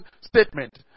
statement